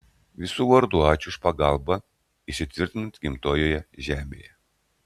visų vardu ačiū už pagalbą įsitvirtinant gimtojoje žemėje